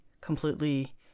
completely